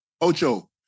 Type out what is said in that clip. Ocho